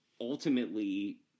ultimately